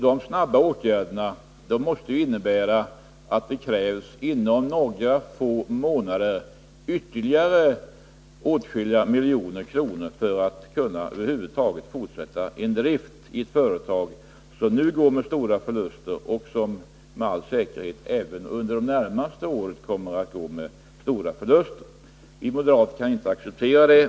Dessa snabba åtgärder måste innebära att det inom några få månader kommer att krävas ytterligare åtskilliga miljoner för att man över huvud taget skall kunna fortsätta driften i ett företag som nu går med stora förluster och som med all säkerhet även under det närmaste året kommer att gå med stora förluster. Vi moderater kan inte acceptera det.